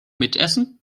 mitessen